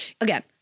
Again